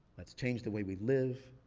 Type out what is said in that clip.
let's change the way we live,